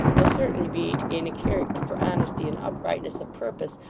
will certainly be to gain a character for honesty and uprightness of purpose,